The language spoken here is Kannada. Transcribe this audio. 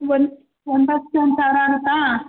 ಒಂದು ಒಂಬತ್ತು ಸಾವಿರ ಆಗುತ್ತಾ